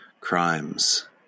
crimes